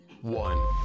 one